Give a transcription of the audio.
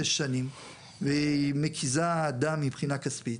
שש שנים והיא מקיזה דם מבחינה כספית,